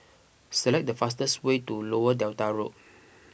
select the fastest way to Lower Delta Road